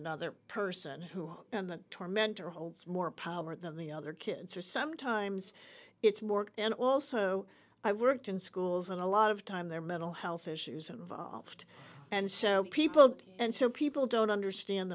another person who and the tormentor holds more power than the other kids or sometimes it's more and also i worked in schools and a lot of time their mental health issues involved and so people and so people don't understand